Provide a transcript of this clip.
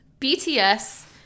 BTS